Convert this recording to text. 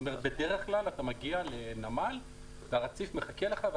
זאת אומרת שבדרך כלל אתה מגיע לנמל והרציף כבר מחכה לך.